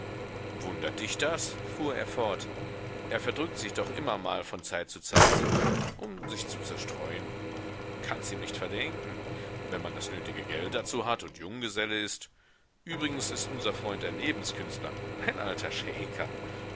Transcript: wundert dich das fuhr er fort er verdrückt sich doch immer mal von zeit zu zeit so um sich zu zerstreuen kanns ihm nicht verdenken wenn man das nötige geld dazu hat und junggeselle ist übrigens ist unser freund ein lebenskünstler ein alter schäker